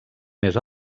més